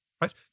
Right